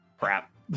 crap